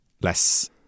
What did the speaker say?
less